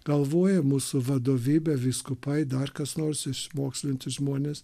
galvoja mūsų vadovybė vyskupai dar kas nors išmokslinti žmonės